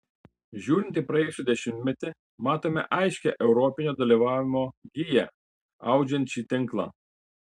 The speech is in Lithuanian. žiūrint į praėjusį dešimtmetį matome aiškią europinio dalyvavimo giją audžiant šį tinklą